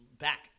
back